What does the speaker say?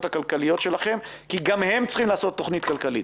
הכלכליות שלכם כי גם הם צריכים לעשות תכנית כלכלית.